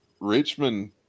Richmond